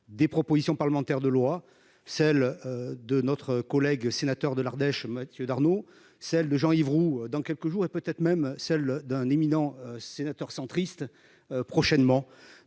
des propositions parlementaires de loi celle. De notre collègue sénateur de l'Ardèche Mathieu Darnaud celle de Jean-Yves Roux dans quelques jours et peut-être même celle d'un éminent sénateur centriste. Prochainement,